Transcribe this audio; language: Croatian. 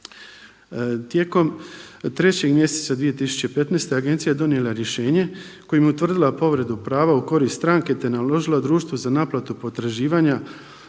Tijekom 3. mjeseca 2015. agencija je donijela rješenje kojim je utvrdila povredu prava u korist stranke te naložila društvu za naplatu potraživanja